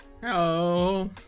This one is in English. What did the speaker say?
Hello